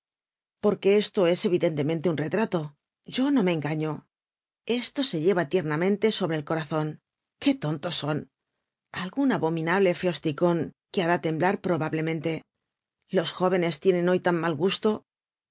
porque esto es evidentemente un retrato yo no me engaño esto se lleva tiernamente sobre el corazon qué tontos son algun abominable feosticon que hará temblar probablemente los jóvenes tienen hoy tan mal